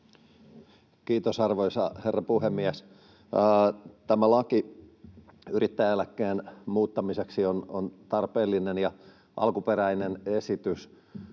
Kiitos, arvoisa herra puhemies! Tämä laki yrittäjäeläkkeen muuttamiseksi on tarpeellinen. Alkuperäinen esitys